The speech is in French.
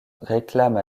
réclame